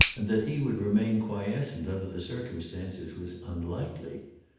and that he would remain quiescent under the circumstances was unlikely.